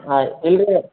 ಹಾಂ ಇಲ್ಲಾರೀ